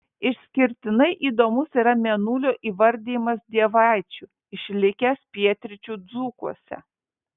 išskirtinai įdomus yra mėnulio įvardijimas dievaičiu išlikęs pietryčių dzūkuose